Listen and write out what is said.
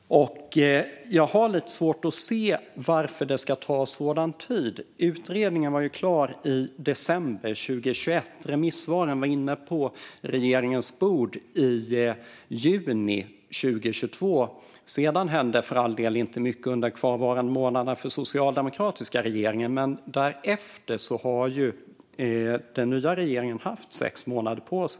Jag har lite svårt att se varför det ska ta sådan tid. Utredningen var ju klar i december 2021, och remissvaren fanns på regeringens bord i juni 2022. Sedan hände för all del inte mycket under de kvarvarande månaderna för den socialdemokratiska regeringen. Men därefter har den nya regeringen haft sex månader på sig.